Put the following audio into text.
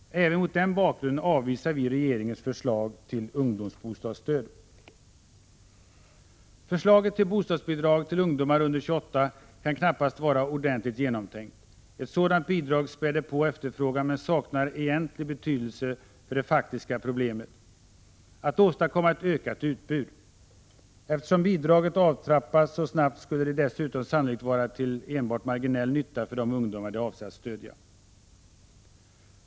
Även mot den bakgrunden avvisar vi regeringens förslag till ungdomsbostadsstöd. Förslaget till bostadsbidrag till ungdomar under 28 år kan knappast vara ordentligt genomtänkt. Ett sådant bidrag späder på efterfrågan men saknar egentlig betydelse för det faktiska problemet: att åstadkomma ett ökat utbud. Eftersom bidraget avtrappas så snabbt skulle det dessutom sannolikt vara till enbart marginell nytta för de ungdomar det avser att stödja.